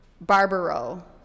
Barbaro